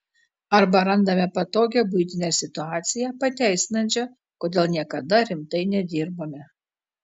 arba randame patogią buitinę situaciją pateisinančią kodėl niekada rimtai nedirbome